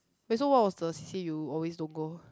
okay what was the C_C_A you always don't go